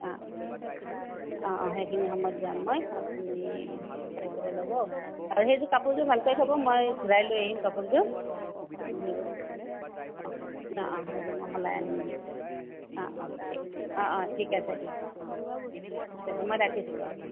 অঁ অঁ অঁ অঁ সেইখিনি সময়ত যাম মই আপুনি চাই পেলাই ল'ব আৰু সেইযোৰ কাপোৰযোৰ ভালকে থ'ব মই ঘূৰাই লৈ আহিম কাপোৰযোৰ অঁ অঁ অঁ অঁ সেইযোৰ মই সলাই আনিম দিয়ক অঁ অঁ ঠিক আছে অঁ অঁ ঠিক আছে দিয়ক অঁ ঠিক আছে মই ৰাখিছোঁ অঁ